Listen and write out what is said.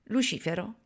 Lucifero